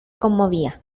conmovía